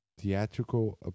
Theatrical